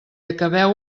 acabeu